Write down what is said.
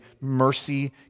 mercy